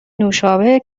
نوشابه